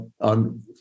on